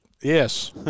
Yes